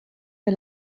wir